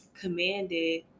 commanded